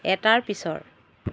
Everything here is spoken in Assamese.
এটাৰ পিছৰ